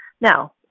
Now